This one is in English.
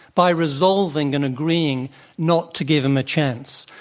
by resolving and agreeing not to give him a chance?